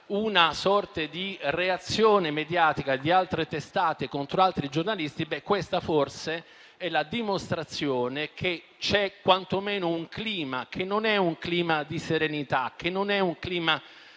una sorta di reazione mediatica di altre testate contro altri giornalisti, questa forse è la dimostrazione che c'è quantomeno un clima che non è di serenità e di reciproco